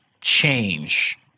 change